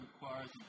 requires